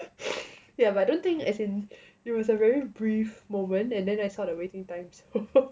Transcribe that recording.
ya but I don't think as in it was a very brief moment and then I saw the waiting times